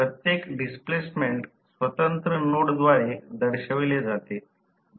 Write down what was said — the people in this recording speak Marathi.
प्रत्येक डिस्प्लेसमेंट स्वतंत्र नोडद्वारे दर्शवले जाते